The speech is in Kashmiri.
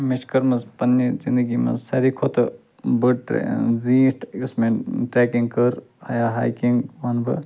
مےٚ چھِ کٔرمٕژ پنٕنہِ زِنٛدگی منٛز سارِوٕے کھۄتہٕ بٔڈ زیٖٹھ یُس مےٚ ٹرٛیکِنٛگ کٔر اَیا ہایکِنٛگ وَنہٕ بہٕ